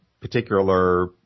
particular